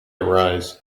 arise